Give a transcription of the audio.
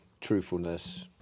truthfulness